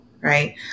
right